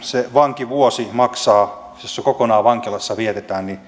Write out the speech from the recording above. sille vankivuodelle jos se kokonaan vankilassa vietetään